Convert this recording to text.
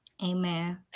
Amen